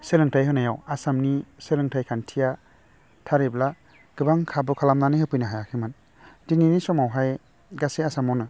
सोलोंथाइ होनायाव आसामनि सोलोंथाइ खान्थिया थारैब्ला गोबां खाबु खालामनानै होफैनो हायाखैमोन दिनैनि समावहाय गासै आसामावनो